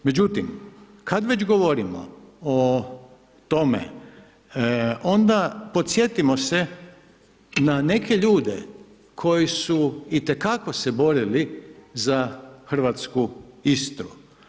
Međutim, kad već govorimo o tome onda podsjetimo se na neke ljude koji su itekako se borili za hrvatsku Istru.